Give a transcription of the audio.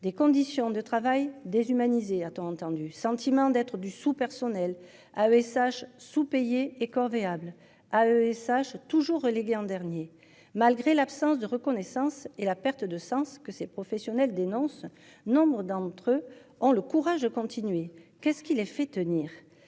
des conditions de travail déshumanisé, a-t-on entendu sentiment d'être du sous-personnel à ESH sous-payés et corvéables à ESH toujours relégué en dernier malgré l'absence de reconnaissance et la perte de sens, que ces professionnels dénoncent nombres d'entre eux ont le courage de continuer. Qu'est-ce qui les fait tenir